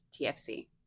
TFC